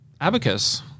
Abacus